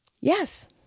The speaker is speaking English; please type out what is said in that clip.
Yes